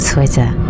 Twitter